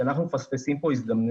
כי אנחנו מפספסים פה הזדמנויות.